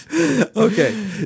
Okay